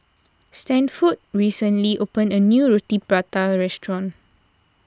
Stanford recently opened a new Roti Prata restaurant